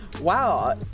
Wow